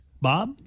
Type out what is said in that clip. Bob